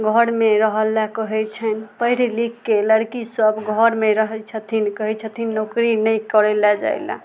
घरमे रहय लए कहै छनि पढ़ि लिखके लड़की सभ घरमे रहै छथिन कहै छथिन नौकरी नहि करै लए जाइ लए